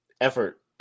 effort